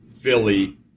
Philly